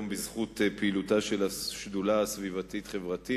בזכות פעילותה של השדולה הסביבתית-חברתית